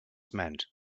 meant